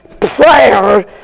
prayer